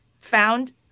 found